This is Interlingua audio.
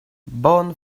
bon